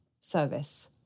service